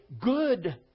good